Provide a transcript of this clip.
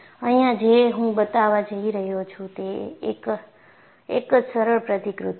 અહિયાં જે હું બતાવવા જઈ રહ્યો છું તે એક જ સરળ પ્રતિકૃતિ છે